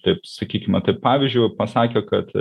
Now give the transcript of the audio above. taip sakykime taip pavyzdžiu pasakė kad